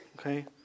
Okay